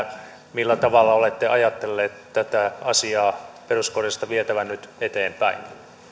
millä tavalla olette ajatellut tätä asiaa peruskorjausta vietävän nyt eteenpäin